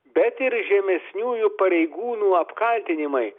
bet ir žemesniųjų pareigūnų apkaltinimai